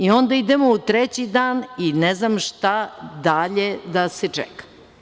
Onda idemo u treći dan i ne znam šta dalje da se čeka.